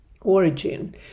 origin